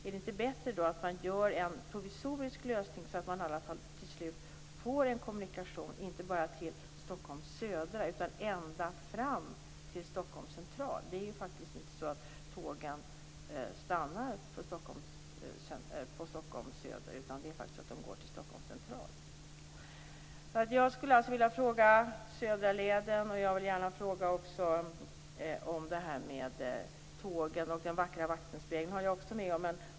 Är det inte bättre att man gör en provisorisk lösning, så att man i alla fall till slut får en kommunikation inte bara till Stockholm södra utan ända fram till Stockholm Central? Tågen stannar inte på Stockholm södra. De går faktiskt till Stockholm Central. Jag vill alltså fråga om Södra länken, och jag vill fråga om tågen och den vackra vattenspegeln.